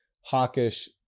hawkish